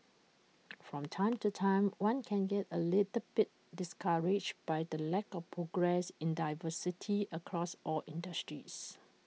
from time to time one can get A little bit discouraged by the lack of progress in diversity across all industries